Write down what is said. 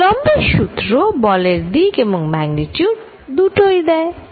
কুলম্বের সূত্র Coulumb's Law বলের দিক এবং ম্যাগনিচিউড দুটোই দেয়